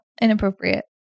inappropriate